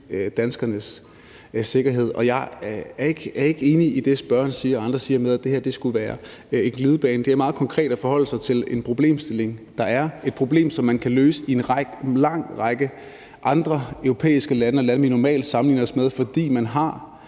danskernes sikkerhed. Jeg er ikke enig i det, spørgeren og andre siger, om, at det her skulle være en glidebane. Det er at forholde sig meget konkret til en problemstilling. Der er et problem, som man kan løse i en lang række andre europæiske lande, også lande, som vi normalt sammenligner os med, fordi man har